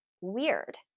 weird